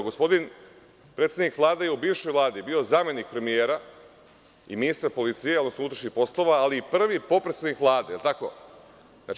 Gospodin predsednik Vlade je u bivšoj Vladi bio zamenik premijera i ministar policije, odnosno unutrašnjih poslova, ali i prvi potpredsednik Vlade, da li je tako?